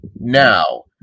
now